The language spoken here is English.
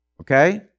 Okay